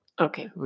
Okay